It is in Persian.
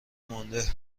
مونده